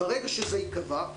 ברגע שזה ייקבע,